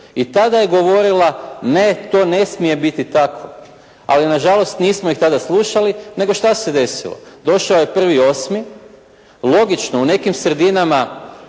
I tada je govorila ne, to ne smije biti tako, ali nažalost nismo ih tada slušali, nego što se desilo. Došao je 1.8., logično u nekim sredinama